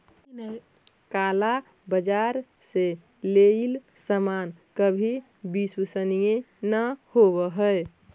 काला बाजार से लेइल सामान कभी विश्वसनीय न होवअ हई